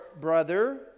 brother